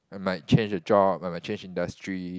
might change a job I might change industry